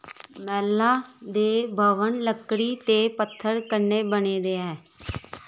मैह्ला दे भवन लकड़ी ते पत्थर कन्नै बने दे ऐ